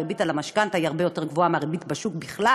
הריבית על המשכנתה היא הרבה יותר גבוהה מהריבית בשוק בכלל,